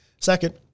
Second